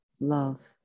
love